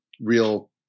real